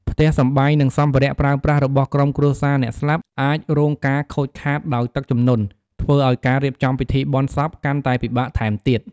ផ្ទះសម្បែង និងសម្ភារៈប្រើប្រាស់របស់ក្រុមគ្រួសារអ្នកស្លាប់អាចរងការខូចខាតដោយទឹកជំនន់ ធ្វើឲ្យការរៀបចំពិធីបុណ្យសពកាន់តែពិបាកថែមទៀត។